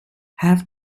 have